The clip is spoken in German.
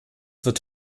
wird